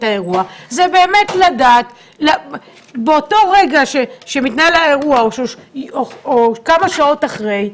האירוע זה באמת לדעת באותו רגע שמתנהל האירוע או כמה שעות אחרי,